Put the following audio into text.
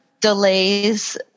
delays